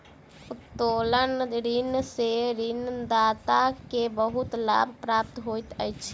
उत्तोलन ऋण सॅ ऋणदाता के बहुत लाभ प्राप्त होइत अछि